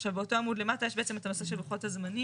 עכשיו באותו עמוד למטה יש בעצם את הנושא של לוחות הזמנים,